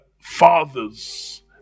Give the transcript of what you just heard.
fathers